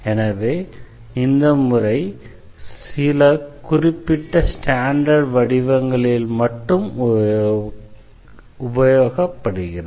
எனவே இந்த முறை சில குறிப்பிட்ட ஸ்டாண்டர்டு வடிவங்களில் மட்டும் உபயோகப்படுகிறது